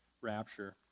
rapture